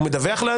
הוא מדווח?